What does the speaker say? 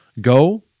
go